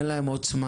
אין להם עוצמה,